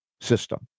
system